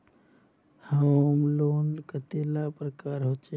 Home loan कतेला प्रकारेर होचे?